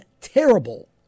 terrible